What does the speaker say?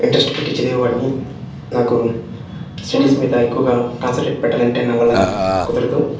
interest పెట్టి చదివేవాడిని నాకు స్టడీస్ మీద ఎక్కువుగా కాన్సంట్రేట్ పెట్టల్లంటే నా వల్ల కుదరదు